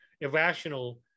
irrational